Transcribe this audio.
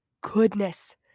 goodness